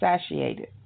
satiated